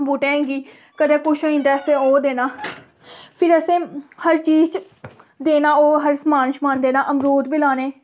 बूह्टें गी कदें कुछ होई जंदा ऐ असें ओह् देना फिर असें हर चीज च देना ओह् हर समान शमान देना अमरूद बी लाने